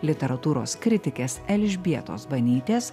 literatūros kritikės elžbietos banytės